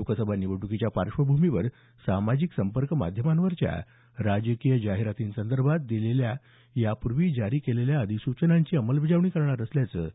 लोकसभा निवडणुकीच्या पार्श्वभूमीवर सामाजिक संपर्क माध्यमांवरच्या राजकीय जाहिरातींसंदर्भात दिलेल्या यापूर्वी जारी केलेल्या अधिसूचनांची अंमलबजावणी करणार असल्याचं